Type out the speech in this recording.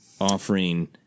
offering